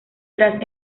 tras